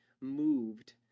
moved